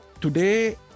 Today